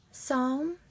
Psalm